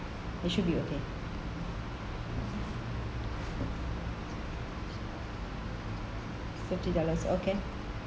it should be okay thirty dollars okay